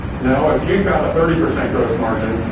you know if you've got a thirty percent gross margin,